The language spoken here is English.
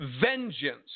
vengeance